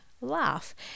laugh